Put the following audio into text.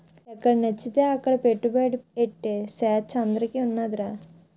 ఎక్కడనచ్చితే అక్కడ పెట్టుబడి ఎట్టే సేచ్చ మనందరికీ ఉన్నాదిరా